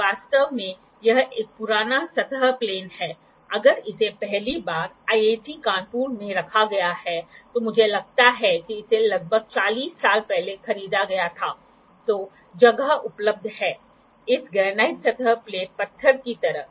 वास्तव में यह एक पुराना सतह प्लेन है अगर इसे पहली बार IIT कानपुर में रखा गया है तो मुझे लगता है कि इसे लगभग 40 साल पहले खरीदा गया था जो जगह उपलब्ध हैं इस ग्रेनाइट सतह प्लेट पत्थर की तरह